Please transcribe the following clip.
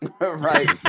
Right